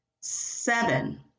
seven